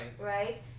right